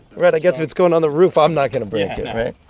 right. i guess if it's going on the roof i'm not going to break it, right?